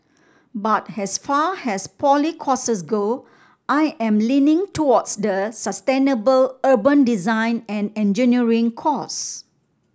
but as far as poly courses go I am leaning towards the sustainable urban design and engineering course